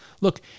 look